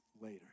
later